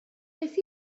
beth